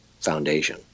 foundation